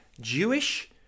Jewish